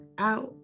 out